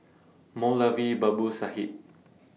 Moulavi Babu Sahib